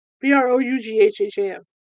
B-R-O-U-G-H-H-A-M